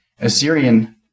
Assyrian